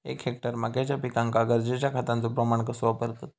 एक हेक्टर मक्याच्या पिकांका गरजेच्या खतांचो प्रमाण कसो वापरतत?